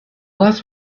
last